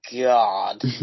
God